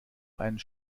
einen